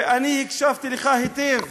ואני הקשבתי לך היטב,